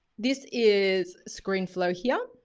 this is screenflow here.